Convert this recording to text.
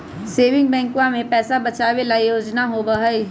saving बैंकवा में पैसा बचावे ला योजना होबा हई